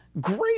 great